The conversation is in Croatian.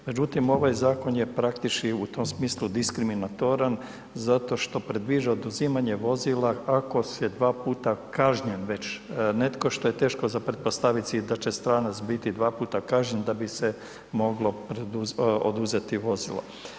Međutim, ovaj zakon je praktički u tom smislu diskriminatoran zato što predviđa oduzimanje vozila ako si 2 puta kažnjen već netko što je teško za pretpostaviti da će stanac biti 2 puta, da bi se moglo oduzeti vozilo.